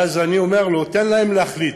ואז אני אומר לו: תן להם להחליט.